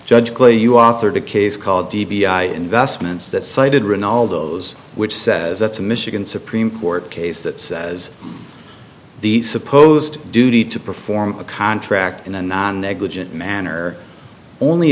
judge clay you authored a case called d b i investments that cited written all those which says that's a michigan supreme court case that says the supposed duty to perform a contract in a non negligent manner only